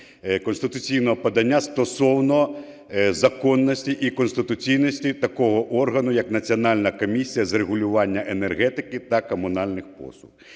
конституційного подання стосовно законності і конституційності такого органу, як Національна комісія з регулювання енергетики та комунальних послуг.